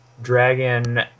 dragon